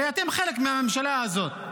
הרי אתם חלק מהממשלה הזאת.